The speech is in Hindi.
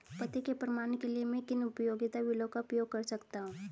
पते के प्रमाण के लिए मैं किन उपयोगिता बिलों का उपयोग कर सकता हूँ?